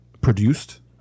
produced